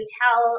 tell